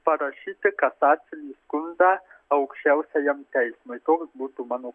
parašyti kasacinį skundą aukščiausiajam teismui toks būtų mano